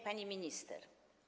Pani Minister!